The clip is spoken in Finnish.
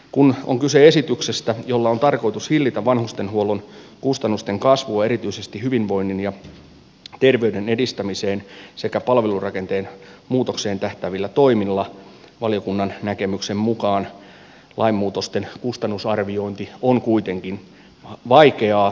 kun on kyse esityksestä jolla on tarkoitus hillitä vanhustenhuollon kustannusten kasvua erityisesti hyvinvoinnin ja terveyden edistämiseen sekä palvelurakenteen muutokseen tähtäävillä toimilla valiokunnan näkemyksen mukaan lainmuutosten kustannusarviointi on kuitenkin vaikeaa